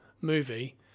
movie